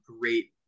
great